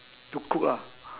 to cook lah